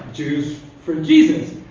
jews for jesus.